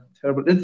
Terrible